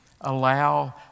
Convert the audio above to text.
Allow